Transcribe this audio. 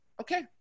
okay